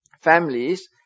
families